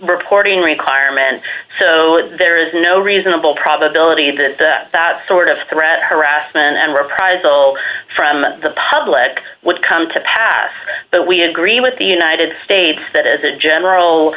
reporting requirement so there is no reasonable probability that that sort of threat harassment and reprisal from the public would come to pass but we agree with the united states that as a general